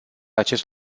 acest